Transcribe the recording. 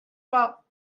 pas